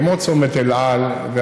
כמו צומת אל על ואחרים,